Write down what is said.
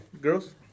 Girls